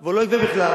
והוא לא יגבה בכלל.